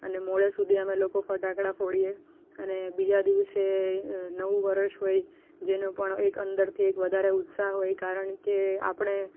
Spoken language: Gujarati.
અને મોડે સુધી અમે લોકો ફટાકડા ફોડીએ અને બીજા દિવસે નવું વર્ષ હોય જેનો પણ એક અંદરથી એક વધારે ઉત્સાહ હોય કારણકે આપણે